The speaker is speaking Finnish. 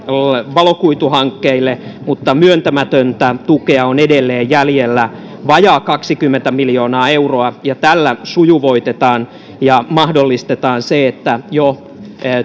valokuituhankkeille mutta myöntämätöntä tukea on edelleen jäljellä vajaa kaksikymmentä miljoonaa euroa tällä sujuvoitetaan ja mahdollistetaan jo